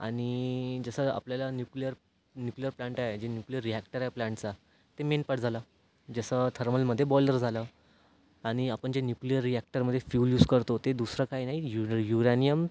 आणि जसं आपल्याला न्यूक्लिअर न्यूक्लिअर प्लांट आहे जे न्यूक्लिअर रिअॅक्टर आहे प्लँटचा ते मेन पार्ट झाला जसं थर्मलमध्ये बॉइलर झालं आणि आपण जे न्यूक्लिअर रिअॅक्टरमध्ये फ्यूल यूस करतो ते दुसरं काही नाही युर युरॅनियम